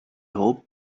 hoped